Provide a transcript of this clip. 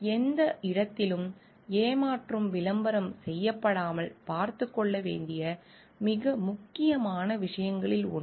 எந்த இடத்திலும் ஏமாற்றும் விளம்பரம் செய்யப்படாமல் பார்த்துக் கொள்ள வேண்டிய மிக முக்கியமான விஷயங்களில் ஒன்று